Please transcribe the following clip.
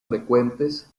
frecuentes